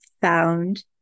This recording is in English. found